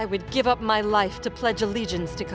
i would give up my life to pledge allegiance to